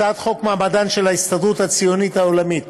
הצעת חוק מעמדן של ההסתדרות הציונית העולמית